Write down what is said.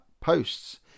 posts